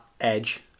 edge